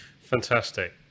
Fantastic